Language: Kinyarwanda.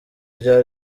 rya